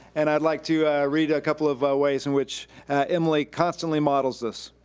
and i'd like to read a couple of ah ways in which emily constantly models this.